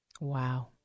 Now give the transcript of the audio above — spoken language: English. Wow